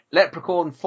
Leprechaun